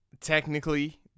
technically